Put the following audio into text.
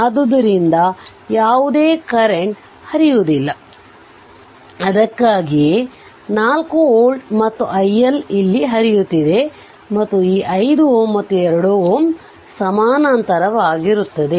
ಆದ್ದರಿಂದ ಯಾವುದೇ ಕರೆಂಟ್ ಹರಿಯುವುದಿಲ್ಲ ಆದ್ದರಿಂದ ಅದಕ್ಕಾಗಿಯೇ ಅದು 4 V ಮತ್ತು i1 ಇಲ್ಲಿ ಹರಿಯುತ್ತಿದೆ ಮತ್ತು ಈ 5 Ω ಮತ್ತು 2 Ω ಸಮಾನಾಂತರವಾಗಿರುತ್ತವೆ